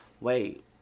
wait